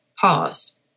pause